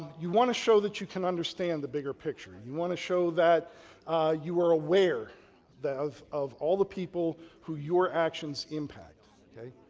you want to show that you can understand the bigger picture. you want to show that you were aware that of of all the people who your actions impact, ok?